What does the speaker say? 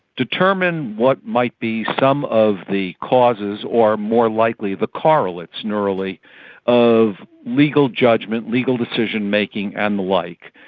determine what might be some of the causes or more likely the correlates neurally of legal judgement, legal decision-making and the like.